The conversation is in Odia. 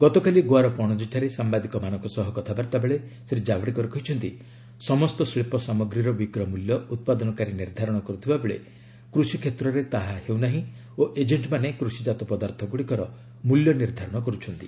ଗତକାଲି ଗୋଆର ପଣଜିଠାରେ ସାମ୍ବାଦିକମାନଙ୍କ ସହ କଥାବର୍ତ୍ତାବେଳେ ଶ୍ରୀଜାଭେଡକର କହିଛନ୍ତି ସମସ୍ତ ଶିଳ୍ପ ସାମଗ୍ରୀର ବିକ୍ରୟ ମୂଲ୍ୟ ଉତ୍ପାଦନକାରୀ ନିର୍ଦ୍ଧାରଣ କରୁଥିବାବେଳେ କୃଷିକ୍ଷେତ୍ରରେ ତାହା ହେଉନାହିଁ ଓ ଏଜେଣ୍ଟମାନେ କୃଷିଜାତ ପଦାର୍ଥଗୁଡ଼ିକର ମୂଲ୍ୟ ନିର୍ଦ୍ଧାରଣ କରୁଛନ୍ତି